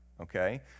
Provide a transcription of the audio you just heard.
okay